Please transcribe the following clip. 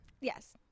Yes